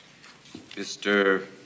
Mr